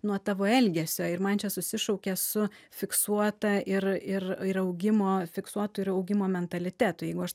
nuo tavo elgesio ir man čia susišaukė su fiksuota ir ir ir augimo fiksuotu ir augimo mentalitetu jeigu aš